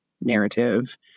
narrative